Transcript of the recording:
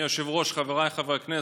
אדוני היושב-ראש, חבריי חברי הכנסת,